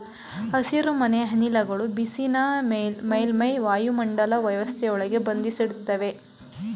ಹಸಿರುಮನೆ ಅನಿಲಗಳು ಬಿಸಿನ ಮೇಲ್ಮೈ ವಾಯುಮಂಡಲ ವ್ಯವಸ್ಥೆಯೊಳಗೆ ಬಂಧಿಸಿಡ್ತವೆ